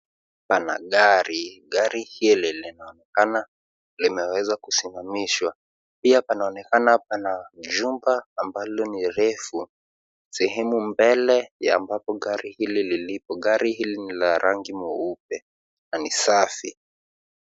Pana gari. Gari hili linaonekana imeweza kusimamishwa. Pia panaonekana pana jumba ambalo ni refu, sehemu mbele ya ambapo gari hili lilipo. Gari hili ni la rangi mweupe na ni safi.